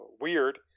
weird